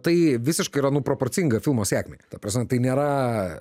tai visiškai yra nu proporcinga filmo sėkmei ta prasme tai nėra